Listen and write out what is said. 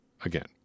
again